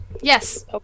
Yes